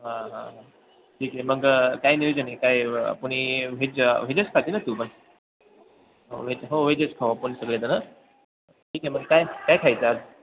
हां हां हां ठीक आहे मग काय नियोजन आहे काय कुणी व्हेज व्हेजच खाते ना तू पण हो व्हेज हो व्हेजच खाऊ आपण सगळेजण ठीक आहे मग काय काय खायचं आज